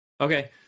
Okay